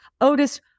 Otis